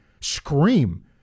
scream